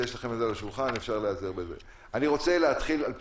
יש לכם את זה על השולחן, ואפשר להיעזר בזה.